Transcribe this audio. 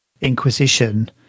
Inquisition